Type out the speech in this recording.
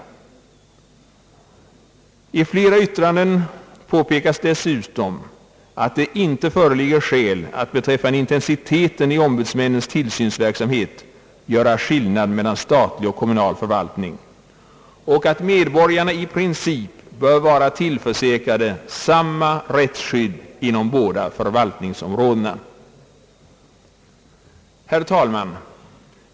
I ett flertal ytttranden påpekas dessutom, att det inte föreligger skäl att beträffande intensiteten i ombudsmännens tillsynsverksamhet göra skillnad mellan statlig och kommunal förvaltning och att medborgarna i princip bör vara tillförsäkrade samma rättsskydd inom båda förvaltningsområdena. Herr talman!